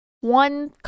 one